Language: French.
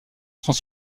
sont